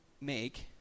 make